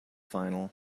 final